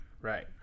right